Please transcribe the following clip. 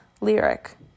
lyric